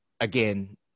Again